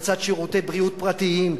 לצד שירותי בריאות פרטיים,